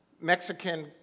Mexican